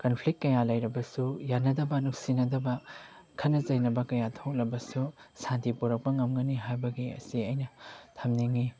conflict ꯀꯌꯥ ꯂꯩꯔꯕꯁꯨ ꯌꯥꯅꯗꯕ ꯅꯨꯡꯁꯤꯅꯗꯕ ꯈꯠꯅ ꯆꯩꯅꯕ ꯀꯌꯥ ꯊꯣꯛꯂꯕꯁꯨ ꯁꯥꯟꯇꯤ ꯄꯨꯔꯛꯄ ꯉꯝꯒꯅꯤ ꯍꯥꯏꯕꯒꯤ ꯑꯁꯤ ꯑꯩꯅ ꯊꯝꯅꯤꯡꯏ